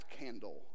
candle